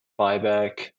buyback